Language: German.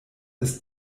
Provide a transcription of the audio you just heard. ist